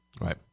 right